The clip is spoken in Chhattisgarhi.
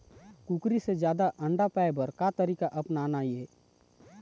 कुकरी से जादा अंडा पाय बर का तरीका अपनाना ये?